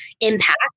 impact